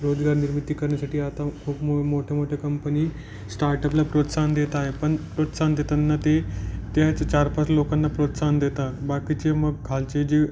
रोजगार निर्मिती करण्यासाठी आता खूप मो मोठे मोठे कंपनी स्टार्टअपला प्रोत्साहन देत आहे पण प्रोत्साहन देतांना ते ते असे चार पाच लोकांना प्रोत्साहन देतात बाकीचे मग खालचे जे